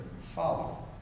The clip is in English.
follow